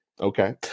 Okay